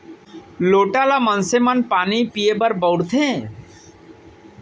लोटा ल मनसे मन पानी पीए बर बउरथे